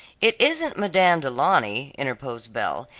it isn't madame du launy, interposed belle,